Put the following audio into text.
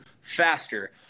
faster